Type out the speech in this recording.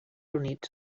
units